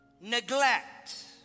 neglect